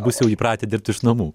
bus jau įpratę dirbt iš namų